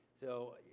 so,